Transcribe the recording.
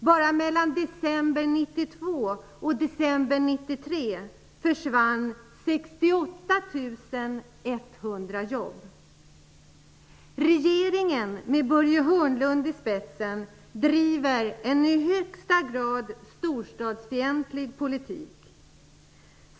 Bara mellan december 1992 och december 1993 försvann Regeringen, med Börje Hörnlund i spetsen, driver en i högsta grad storstadsfientlig politik.